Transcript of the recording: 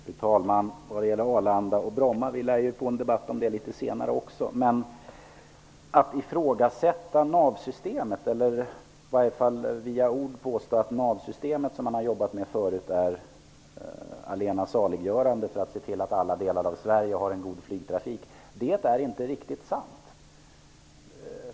Fru talman! Om Arlanda och Bromma flygplatser lär vi få en debatt litet senare. Att navsystemet skulle vara det allena saliggörande när det gäller att se till att alla delar av Sverige har en god flygtrafik är inte sant.